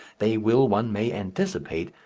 they will, one may anticipate,